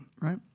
right